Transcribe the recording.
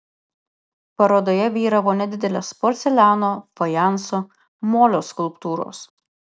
parodoje vyravo nedidelės porceliano fajanso molio skulptūros